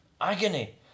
agony